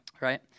Right